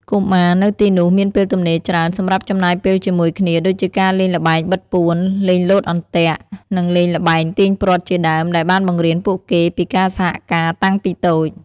កុមារនៅទីនោះមានពេលទំនេរច្រើនសម្រាប់ចំណាយពេលជាមួយគ្នាដូចជាការលេងល្បែងបិទពួន លេងលោតអន្ទាក់ និងលេងល្បែងទាញព្រ័ត្រជាដើម ដែលបានបង្រៀនពួកគេពីការសហការតាំងពីតូច។